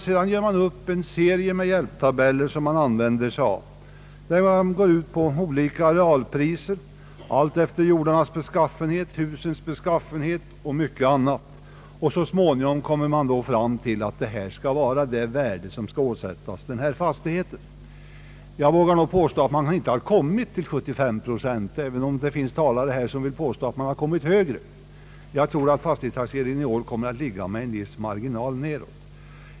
Man gör upp en serie hjälptabeller som man sedan använder. Man tar hänsyn till olika arealpriser alltefter jordarnas beskaffenhet, husens beskaffenhet och mycket annat, och så småningom kommer man fram till det värde som skall åsättas fastigheten. Jag vågar nog påstå att man inte kommit till 75 procent, även om det finns talare här som vill påstå att man har kommit högre. Jag tror att fastighetstaxeringen i år kommer att ha en viss marginal neråt.